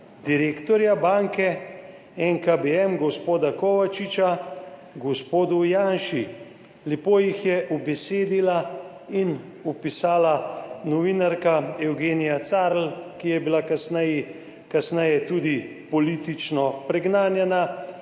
direktorja banke NKBM gospoda Kovačiča gospodu Janši, lepo ga je ubesedila in opisala novinarka Eugenija Carl, ki je bila kasneje tudi politično preganjana,